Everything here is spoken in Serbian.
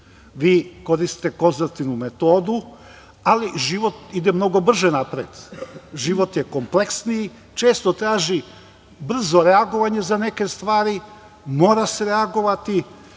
vi koristite konzervativnu metodu, ali život ide mnogo brže napred, život je kompleksniji i često traži brzo reagovanje za neke stvari, mora se reagovati